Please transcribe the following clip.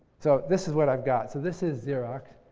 so, this is what i've got. so, this is xerox,